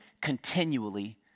continually